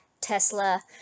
Tesla